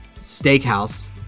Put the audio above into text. steakhouse